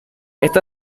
está